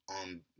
on